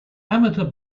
amateur